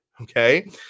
okay